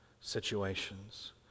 situations